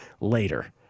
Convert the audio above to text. later